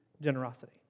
generosity